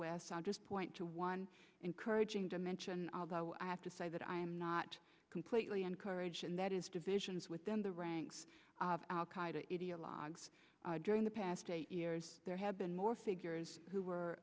west i'll just point to one encouraging dimension although i have to say that i am not completely encouraged and that is divisions within the ranks of al qaida india logs during the past eight years there have been more figures who were